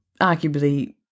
arguably